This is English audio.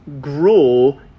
grow